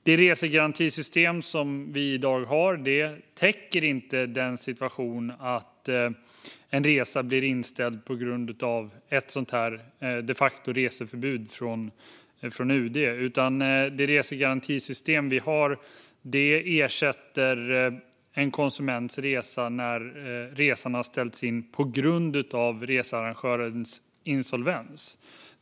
Det resegarantisystem som vi har i dag täcker inte situationen när en resa blir inställd på grund av ett de facto-reseförbud från UD, utan det resegarantisystem som vi har ersätter en konsuments resa när den har ställts in på grund av researrangörens insolvens.